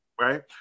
Right